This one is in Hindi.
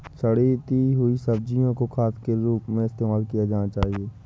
सड़ती हुई सब्जियां को खाद के रूप में इस्तेमाल किया जाना चाहिए